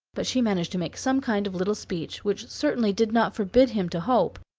but she managed to make some kind of little speech, which certainly did not forbid him to hope,